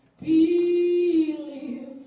believe